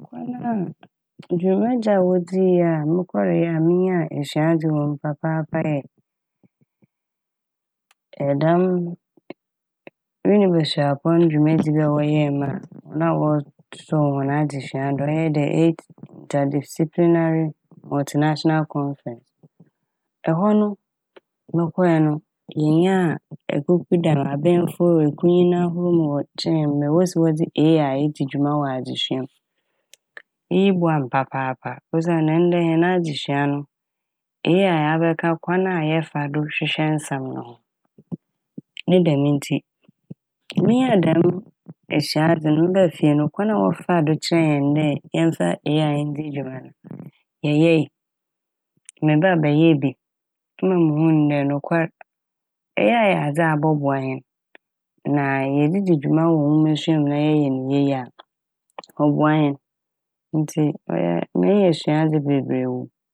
Dwumadzi a wodzii a mokɔree a minyaa esuadze wɔ mu papaapa yɛ dɛm Winneba Esuapɔn dwumadzi bi a wɔyɛɛ ma hɔn a wɔ- wɔsɔɔw hɔn adzesua do ɔyɛ "The Eight Interdisciplinary Multinational Conference". Ɛhɔ no mokorɛ no yenyaa ekukudam abemfo ekunyin ahorow ma wɔkyerɛɛ hɛn mbrɛ ma wosi wɔdze "AI" edzi dwuma wɔ adesua m'. Iyi boa m' papaapa osiandɛ ndɛ hɛn adzesua no "AI" abɛka kwan a yɛfa do hwehwɛ nsɛm no ho. Ne dɛm ntsi minya dɛm esuadze no mebaa fie no kwan a wɔfaa do kyerɛɛ hɛn dɛ yɛmfa "AI" ndzi dwuma no yɛyɛe. Mebaa bɛyɛɛ bi mma muhun dɛ nokwar "AI" yɛ adze a abɔbɔoa hɛn na yɛdze dzi dwuma wɔ nwomasua m' na yɛyɛ ne yie a ɔboa hɛn ntsi ɔyɛɛ menya esuadze bebree wɔ m'.